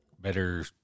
better